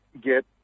get